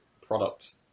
product